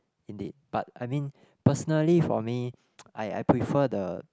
in the but I mean personally for me I prefer the